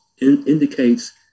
indicates